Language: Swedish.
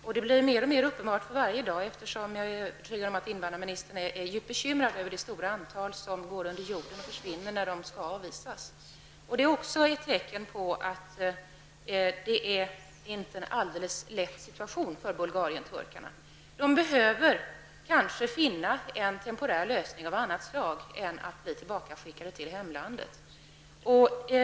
Och det blir mer och mer uppenbart för varje dag, eftersom jag är övertygad om att invandrarministern är djupt bekymrad över det stora antal Bulgarienturkar som går under jorden och försvinner när de skall avvisas. Detta är också ett tecken på att det inte är en alldeles lätt situation för Bulgarienturkarna. De behöver kanske finna en temporär lösning av annat slag än att bli tillbakaskickade till hemlandet.